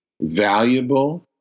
valuable